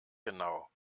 genau